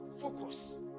Focus